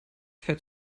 fährt